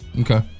Okay